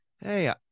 hey